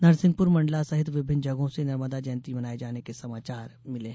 नरसिंहपुर मंडला सहित विभिन्न जगहों से नर्मदा जयंती मनाये जाने के समाचार मिलें हैं